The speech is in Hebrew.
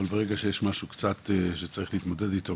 אבל ברגע שיש משהו שצריך להתמודד איתו,